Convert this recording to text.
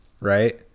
Right